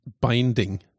binding